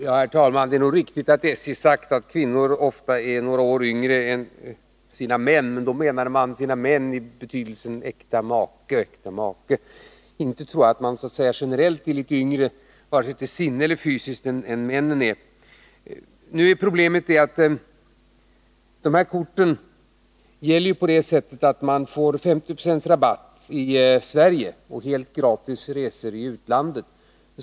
Herr talman! Det är nog riktigt att SJ sagt att kvinnorna ofta är några år yngre än männen. Man menar väl då att de är några år yngre än sina män i betydelsen sina äkta makar. Inte tror jag att kvinnor generellt är yngre, vare sig till sinnet eller fysiskt, än män. De här korten gäller på det sättet att man får 50 90 rabatt i Sverige och helt gratis resor i utlandet.